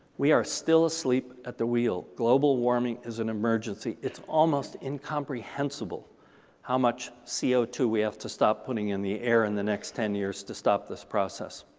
we are still asleep at the wheel. global warming is an emergency. it's almost incomprehensible how much c o two we have to stop putting in the air in the next ten years to stop this process.